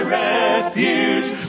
refuge